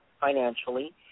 financially